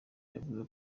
yavuze